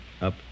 up